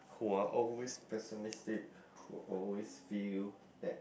who are always pessimistic who always feel that